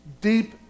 deep